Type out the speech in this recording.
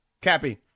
Cappy